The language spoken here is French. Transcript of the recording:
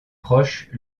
proches